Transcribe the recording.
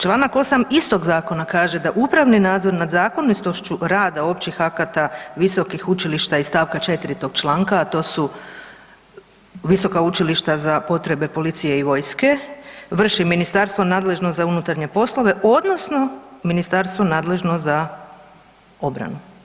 Čl. 8. istog zakona kaže da upravni nadzor nad zakonitošću rada općih akata visokih učilišta iz stavka 4. tog članka a to su visoka učilišta za potrebe policije i vojske, vrši ministarstvo nadležno za unutarnje poslove odnosno ministarstvo nadležno za obranu.